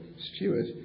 steward